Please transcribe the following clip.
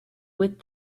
with